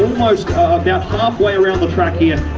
almost ah about halfway around the track here,